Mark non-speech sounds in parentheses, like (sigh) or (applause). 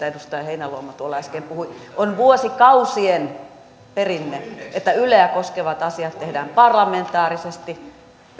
(unintelligible) edustaja heinäluoma äsken puhui on vuosikausien perinne että yleä koskevat asiat tehdään parlamentaarisesti